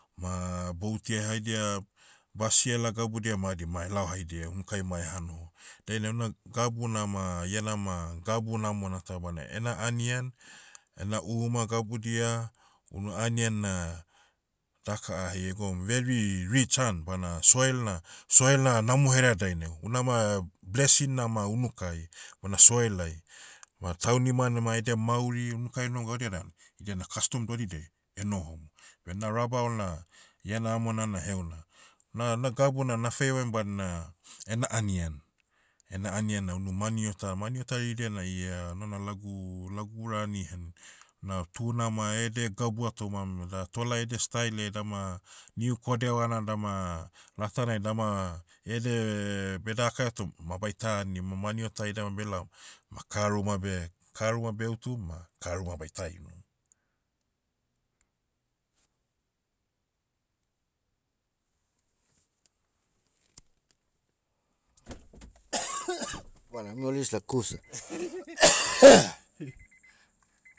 Ma, boutia haidia, basiela gabudia madi ma elao haidia unukai ma eha noho. Dainai una, gabu nama, iena ma, gabu namona ta bana ena anian, ena uma gabudia, una anian na, daka ahi egoum very, rich an, bana soil na- soil na namoherea dainai. Unama, blessing nama unukai, bona soil ai. Ma taunimanima edia mauri unukai enom gaudia dan, idia na kastom dodidiai, enohom. Beh na rabaul na, ia namona na heuna. Na- na gabu na feivaiam badina, ena anian. Ena anian na unu maniota, maniota riridia na ia, una na lagu- lagu ura anihen. Na tuna ma ede egabua tomam beda tolai edia style ai dama, niu kodevana dama, latanai dama, ede, beh dakaia tom, ma baita anim ma maniota idama belaom, ma karu ma beh- karu ma beutum ma, karu ma baita inum.